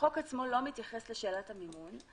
החוק עצמו לא מתייחס לשאלת המימון.